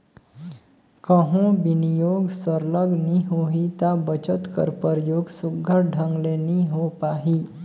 कहों बिनियोग सरलग नी होही ता बचत कर परयोग सुग्घर ढंग ले नी होए पाही